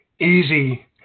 easy